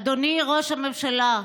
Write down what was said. אדוני ראש הממשלה,